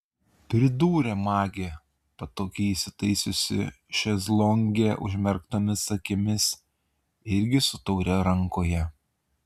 pridūrė magė patogiai įsitaisiusi šezlonge užmerktomis akimis irgi su taure rankoje